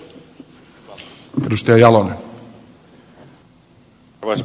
arvoisa puhemies